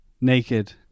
naked